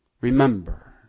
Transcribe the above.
Remember